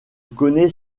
connais